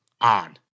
on